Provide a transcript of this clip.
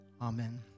amen